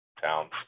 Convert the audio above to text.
towns